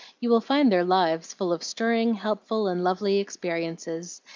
you will find their lives full of stirring, helpful, and lovely experiences,